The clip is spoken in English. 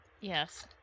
yes